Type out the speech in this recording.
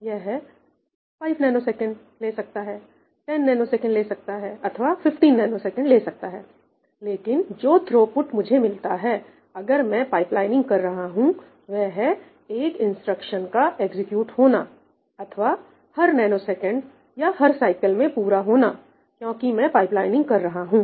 यह 5 ns ले सकता है 10 ns ले सकता है अथवा 15 ns ले सकता है लेकिन जो थ्रोपुट मुझे मिलता है अगर मैं पाइपलाइनिंग कर रहा हूंवह है एक इंस्ट्रक्शन का एग्जीक्यूट होना अथवा हर नैनोसेकंड या हर साइकिल में पूरा होना क्योंकि मैं पाइपलाइनिंग कर रहा हूं